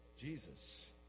Jesus